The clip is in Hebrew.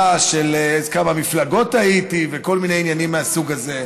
של בכמה מפלגות הייתי וכל מיני עניינים מהסוג הזה.